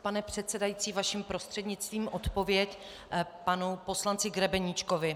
Pane předsedající, vaším prostřednictvím odpověď panu poslanci Grebeníčkovi.